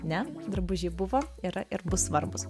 ne drabužiai buvo yra ir bus svarbūs